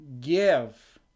give